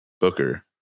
Booker